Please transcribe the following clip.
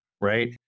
right